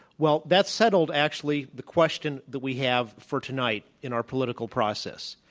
well, that settled, actually, the question that we have for tonight in our political process.